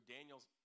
Daniel's